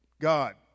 God